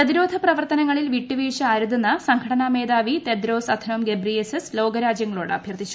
പതിരോധ് പ്രവർത്തനങ്ങളിൽ വിട്ടുവീഴ്ച അരുതെന്ന് സംഘട്ടന്റ് ഗമേധാവി തെദ്രോസ് അഥാനം ഗബ്രിയേസസ് ലോക്കരാജ്യങ്ങളോട് അഭ്യർത്ഥിച്ചു